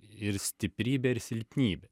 ir stiprybė ir silpnybė